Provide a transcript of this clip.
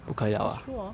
that's true orh